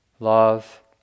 love